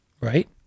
Right